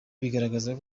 bigaragaza